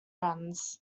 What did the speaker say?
runs